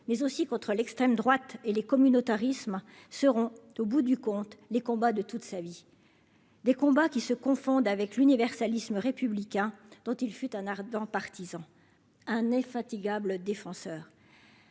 mais aussi contre l'extrême droite et les communautarismes seront au bout du compte, les combats de toute sa vie des combats qui se confondent avec l'universalisme républicain dont il fut un ardent partisan un infatigable défenseur.